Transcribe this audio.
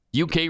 UK